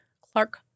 Clark